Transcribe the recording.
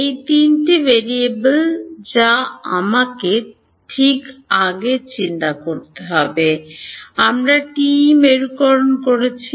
এই তিনটি ভেরিয়েবল যা আমাকে ঠিক আগে চিন্তা করতে হবে আমরা টিই মেরুকরণ করছি